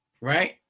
Right